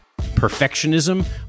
perfectionism